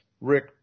Rick